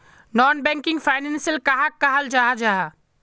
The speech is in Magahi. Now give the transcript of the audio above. नॉन बैंकिंग फैनांशियल कहाक कहाल जाहा जाहा?